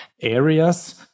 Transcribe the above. areas